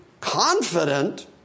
confident